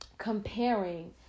comparing